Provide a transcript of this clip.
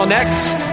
Next